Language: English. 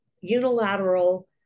unilateral